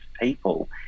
people